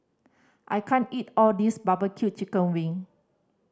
I can't eat all this barbecue chicken wing